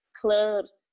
clubs